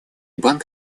банк